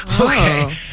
okay